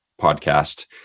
podcast